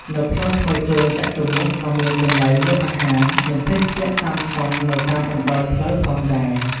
នៅផ្លូវថ្មើរជើងចតុមុខក៏មានកន្លែងលក់អាហារ និងភេសជ្ជៈតាមស្តង់នៅតាមបណ្ដោយផ្លូវផងដែរ។